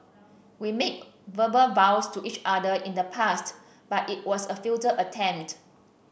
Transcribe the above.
we made verbal vows to each other in the past but it was a futile attempt